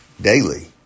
daily